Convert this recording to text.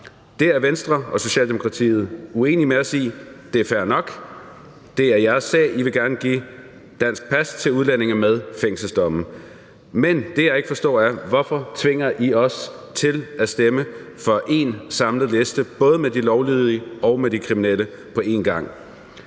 Det er Venstre og Socialdemokratiet uenige med os i. Det er fair nok, det er jeres sag, I vil gerne give dansk pas til udlændinge med fængselsdomme. Men det, jeg ikke forstår, er, hvorfor I tvinger os til at stemme for én samlet liste med både de lovlydige og de kriminelle på én gang.